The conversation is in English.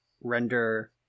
render